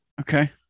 Okay